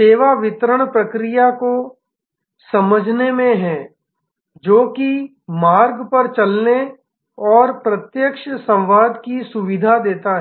सेवा वितरण प्रक्रिया को समझने में है जोकि मार्ग पर चलने एवं प्रत्यक्ष संपर्क संवाद की सुविधा देता है